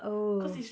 oh